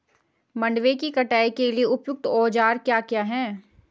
मंडवे की कटाई के लिए उपयुक्त औज़ार क्या क्या हैं?